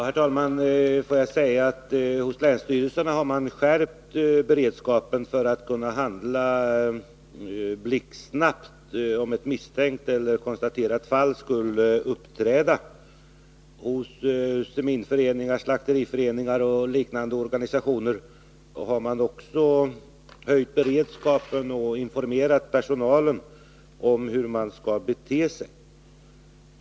Herr talman! Hos länsstyrelserna har man skärpt beredskapen för att kunna handla blixtsnabbt, om ett misstänkt eller konstaterat fall skulle uppträda. Hos seminföreningar, slakteriföreningar och liknande organisationer har man också höjt beredskapen och informerat personalen om hur den skall bete sig.